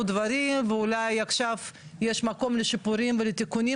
דברים ואולי עכשיו יש מקום לשיפורים ולתיקונים,